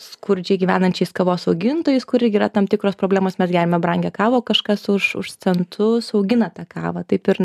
skurdžiai gyvenančiais kavos augintojais kur irgi yra tam tikros problemos mes geriame brangią kavą o kažkas už už centus augina tą kavą taip ir